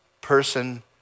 person